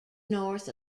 north